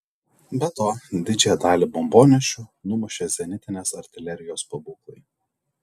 be to didžiąją dalį bombonešių numušė zenitinės artilerijos pabūklai